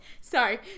Sorry